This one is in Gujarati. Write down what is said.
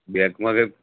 બૅન્કમાં કંઈ